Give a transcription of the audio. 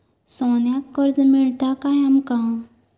सोन्याक कर्ज मिळात काय आमका?